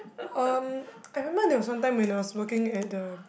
um I remember there was one time when I was working at the